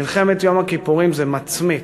מלחמת יום הכיפורים, זה מצמית,